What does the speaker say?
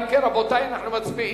אם כן, רבותי, אנחנו מצביעים.